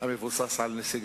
צריך רק להסתכל על מה שקורה